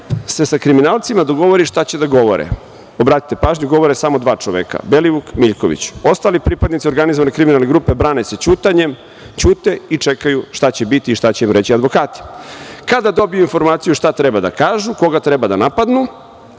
se sa kriminalcima dogovori šta će da govore, obratite pažnju, govore samo dva čoveka – Belivuk, Miljković, ostali pripadnici organizovanih kriminalnih grupa brane se ćutanjem, ćute i čekaju šta će biti i šta će im reći advokati. Kada dobiju informaciju šta treba da kažu, koga treba da napadnu,